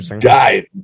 guy